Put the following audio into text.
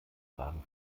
fragen